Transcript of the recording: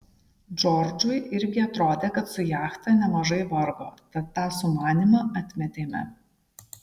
džordžui irgi atrodė kad su jachta nemažai vargo tad tą sumanymą atmetėme